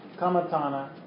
Kamatana